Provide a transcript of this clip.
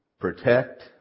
protect